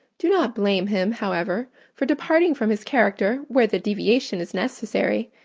do not blame him, however, for departing from his character, where the deviation is necessary.